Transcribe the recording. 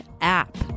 app